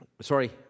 Sorry